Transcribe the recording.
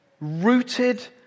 rooted